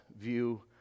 view